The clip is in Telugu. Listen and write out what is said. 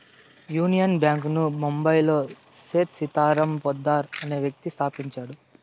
యూనియన్ బ్యాంక్ ను బొంబాయిలో సేథ్ సీతారాం పోద్దార్ అనే వ్యక్తి స్థాపించాడు